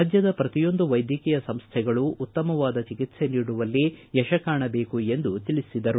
ರಾಜ್ಯದ ಪ್ರತಿಯೊಂದು ವೈದ್ಯಕೀಯ ಸಂಸ್ಥೆಗಳು ಉತ್ತಮವಾದ ಚಿಕಿತ್ಸೆ ನೀಡುವಲ್ಲಿ ಯಶಸ್ಸು ಕಾಣಬೇಕು ಎಂದು ತಿಳಿಸಿದರು